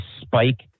spike